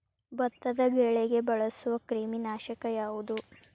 ಭತ್ತದ ಬೆಳೆಗೆ ಬಳಸುವ ಕ್ರಿಮಿ ನಾಶಕ ಯಾವುದು?